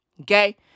Okay